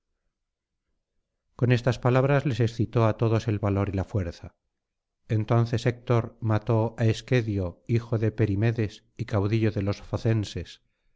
con estas palabras les excitó á todos el valor y la fuerza entonces héctor mató á esquedio hijo deperimedes y caudillo de los focenses